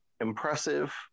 impressive